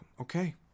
okay